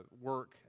work